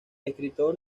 escritor